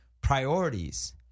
priorities –